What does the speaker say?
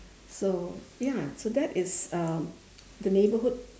so ya so that is uh the neighborhood